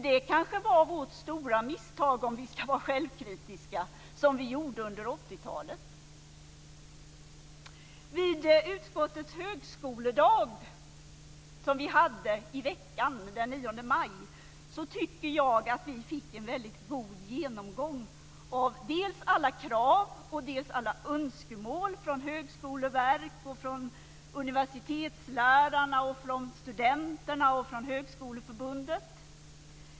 Det kanske var det stora misstag, om vi ska vara självkritiska, som vi gjorde under 80-talet. Vid utskottets högskoledag som vi hade i veckan, den 9 maj, tycker jag att vi fick en väldigt god genomgång av dels alla krav, dels alla önskemål från Högskoleförbundet.